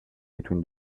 between